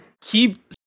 keep